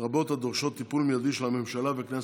רבות הדורשות טיפול מיידי של הממשלה והכנסת,